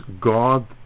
God